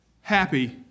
Happy